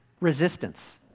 resistance